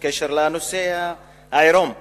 בקשר לנושא העירום וגן-עדן.